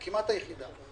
או כמעט היחידה.